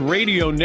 Radio